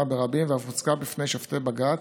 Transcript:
ברבים ואף הוצגה בפני שופטי בג"ץ,